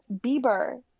bieber